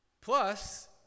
Plus